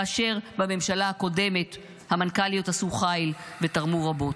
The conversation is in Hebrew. כאשר בממשלה הקודמת המנכ"ליות עשו חייל ותרמו רבות,